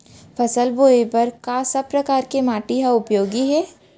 फसल बोए बर का सब परकार के माटी हा उपयोगी हे?